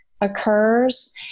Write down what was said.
occurs